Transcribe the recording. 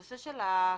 הנושא של הקנאביס,